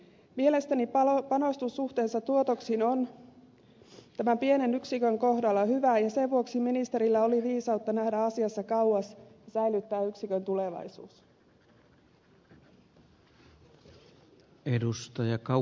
mielestäni panostus suhteessa tuotoksiin on tämän pienen yksikön kohdalla hyvä ja sen vuoksi ministerillä oli viisautta nähdä asiassa kauas ja säilyttää yksikön tulevaisuus